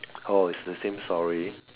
oh is the same story